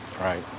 Right